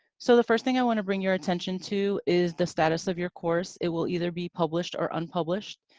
so, the first thing i want to bring your attention to is the status of your course, it will either be published or unpublished.